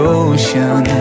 ocean